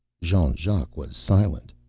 jean-jacques was silent.